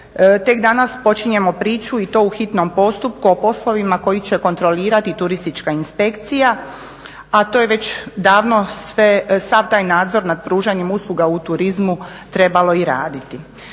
Tek danas počinjemo priču i to u hitnom postupku o poslovima koji će kontrolirati turistička inspekcija, a to je već davno sve, sav taj nadzor nad pružanjem usluga u turizmu trebalo i raditi.